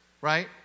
Right